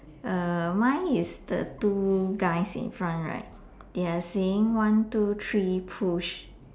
err mine is the two guys in front right they are saying one two three push